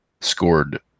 scored